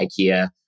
Ikea